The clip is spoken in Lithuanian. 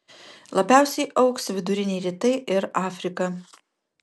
labiausiai augs viduriniai rytai ir afrika